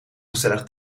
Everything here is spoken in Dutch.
gezellig